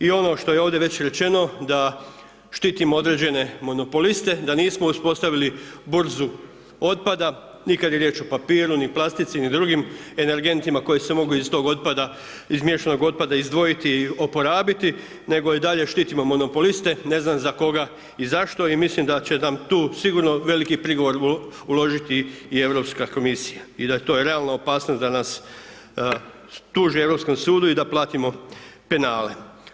I ono što je ovdje već rečeno, da štitimo određene monopoliste, da nismo uspostavili burzu otpada, ni kada je riječ o papiru, ni plastici, ni drugim energentima, koji se mogu iz tog otpada, iz miješanog otpada izdvojiti, oporabiti, nego i dalje štitimo monopoliste, ne znam za koga ni zašto, i mislim da će nam tu sigurno veliki prigovor uložiti i Europska komisija i da je to realna opasnost da nas tuži Europskom sudu i da platimo penale.